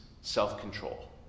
self-control